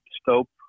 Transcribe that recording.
scope